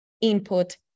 input